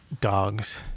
dogs